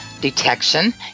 detection